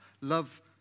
Love